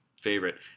favorite